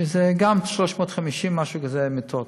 שזה גם 350, משהו כזה, מיטות.